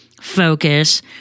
focus